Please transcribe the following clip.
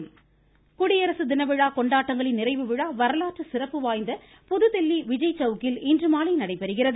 குடியரசு தின நிறைவு விழா குடியரசு தின விழா கொண்டாட்டங்களின் நிறைவு விழா வரலாற்று சிறப்பு வாய்ந்த புதுதில்லி விஜய் சௌக்கில் இன்று மாலை நடைபெறுகிறது